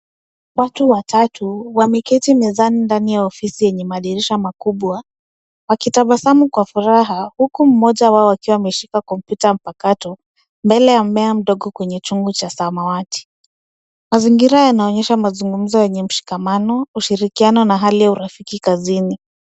Watu watatu wameketi mezani ndani ya ofisi yenye madirisha makubwa ,wakitabasamu kwa furaha huku mmoja wao akiwa ameshika kompyuta mpakato mbele ya mmea mdogo kwenye chungu cha samawati. Mazingira yanonyesha mazungumzo yenye mshikamano ushirikiano na hali ya urafiki kazini.